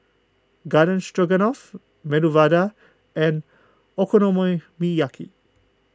Garden Stroganoff Medu Vada and